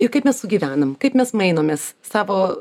ir kaip mes sugyvenam kaip mes mainomės savo